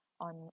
on